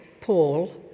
Paul